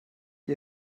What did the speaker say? ihr